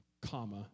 Comma